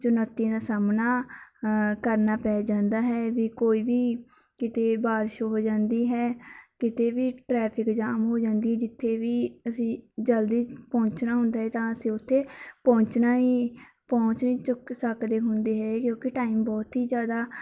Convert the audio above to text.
ਚੁਨੌਤੀਆਂ ਦਾ ਸਾਹਮਣਾ ਕਰਨਾ ਪੈ ਜਾਂਦਾ ਹੈ ਵੀ ਕੋਈ ਵੀ ਕਿਤੇ ਬਾਰਿਸ਼ ਹੋ ਜਾਂਦੀ ਹੈ ਕਿਤੇ ਵੀ ਟਰੈਫਿਕ ਜਾਮ ਹੋ ਜਾਂਦੀ ਜਿੱਥੇ ਵੀ ਅਸੀਂ ਜਲਦੀ ਪਹੁੰਚਣਾ ਹੁੰਦਾ ਤਾਂ ਅਸੀਂ ਉੱਥੇ ਪਹੁੰਚਣਾ ਹੀ ਪਹੁੰਚ ਹੀ ਚੁੱਕ ਸਕਦੇ ਹੁੰਦੇ ਹੈ ਕਿਉਂਕਿ ਟਾਈਮ ਬਹੁਤ ਹੀ ਜ਼ਿਆਦਾ